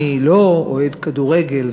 מי לא אוהד כדורגל,